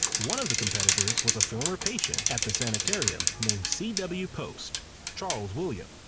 one of the competitors was a former patient at the sanitarium named c w. post charles william.